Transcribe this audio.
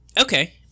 Okay